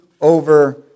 over